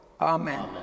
Amen